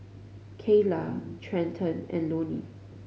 Kayla Trenten and Loni